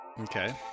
Okay